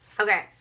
Okay